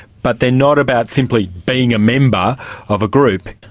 but they're not about simply being a member of a group.